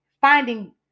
finding